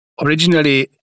originally